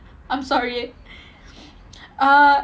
I'm sorry uh